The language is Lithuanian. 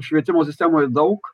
švietimo sistemoj daug